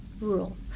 rural